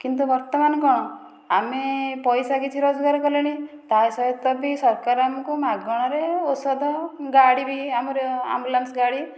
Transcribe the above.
କିନ୍ତୁ ବର୍ତ୍ତମାନ କ'ଣ ଆମେ ପଇସା କିଛି ରୋଜଗାର କଲେଣି ତା' ସହିତ ବି ସରକାର ଆମକୁ ମାଗଣାରେ ଔଷଧ ଗାଡ଼ି ବି ଆମର ଆମ୍ବୁଲାନ୍ସ ଗାଡ଼ି